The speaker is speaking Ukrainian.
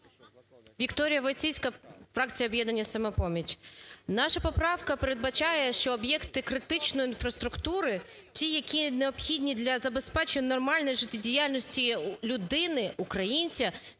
ВікторіяВойціцька, фракція "Об'єднання "Самопоміч". Наша поправка передбачає, що об'єкти критичної інфраструктури, ті, які необхідні для забезпечення нормальної життєдіяльності людини, українця,